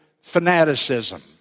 fanaticism